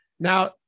Now